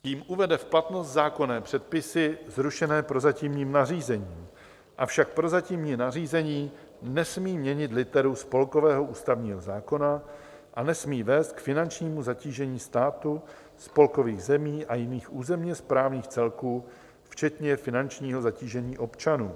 Tím uvede v platnost zákonné předpisy zrušené prozatímním nařízením, avšak prozatímní nařízení nesmí měnit literu spolkového ústavního zákona a nesmí vést k finančnímu zatížení státu, spolkových zemí a jiných územněsprávních celků včetně finančního zatížení občanů.